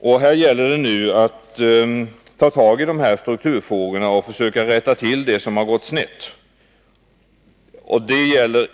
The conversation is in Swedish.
Det gäller nu att ta tag i dessa strukturfrågor och försöka rätta till det som har gått snett.